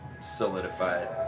solidified